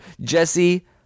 jesse